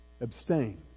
Abstain